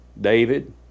David